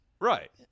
Right